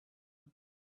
him